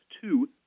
two